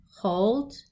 hold